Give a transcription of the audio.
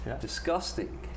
Disgusting